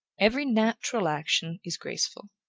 every natural action is graceful.